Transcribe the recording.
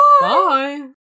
Bye